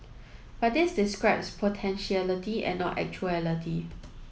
but this describes potentiality and not actuality